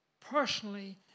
personally